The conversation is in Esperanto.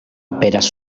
aperas